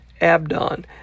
Abdon